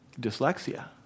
Dyslexia